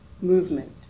Movement